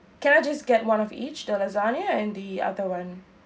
can I just get one of each the lasagne and the other one